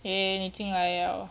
K K K 你进来 liao